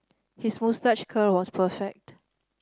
his moustache curl was perfect